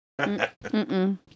Mm-mm